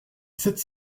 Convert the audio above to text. sept